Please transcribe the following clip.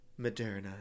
Moderna